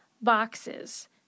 boxes